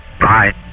Bye